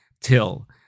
till